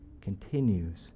continues